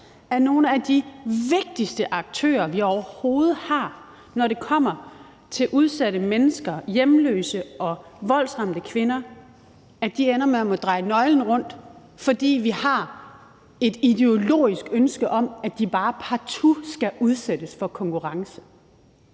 at nogle af de vigtigste aktører, vi overhovedet har, når det kommer til udsatte mennesker, hjemløse og voldsramte kvinder, ender med at måtte dreje nøglen rundt, fordi vi har et ideologisk ønske om, at de bare partout skal udsættes for konkurrence.